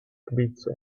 pizza